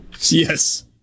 Yes